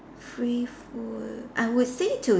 free food I would say to